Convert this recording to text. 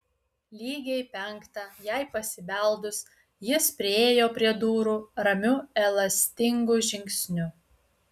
lygiai penktą jai pasibeldus jis priėjo prie durų ramiu elastingu žingsniu